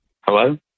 Hello